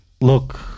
Look